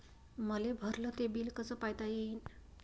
मले भरल ते बिल कस पायता येईन?